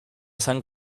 san